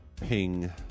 ping